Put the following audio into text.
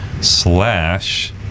slash